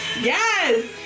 Yes